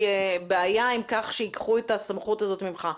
בעיה עם כך שייקחו את הסמכות הזאת ממך.